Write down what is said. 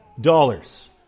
dollars